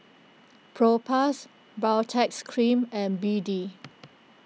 Propass Baritex Cream and B D